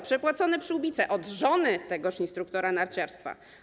Przepłacone przyłbice od żony tegoż instruktora narciarstwa.